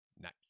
Nice